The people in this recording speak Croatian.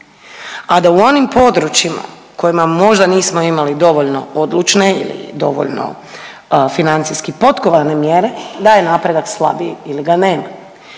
a da u onim područjima u kojima možda nismo imali dovoljno odlučne ili dovoljno financijski potkovane mjere da je napredak slabiji ili ga nema,